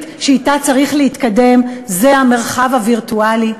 שאתה צריך להתקדם בה היא המרחב הווירטואלי?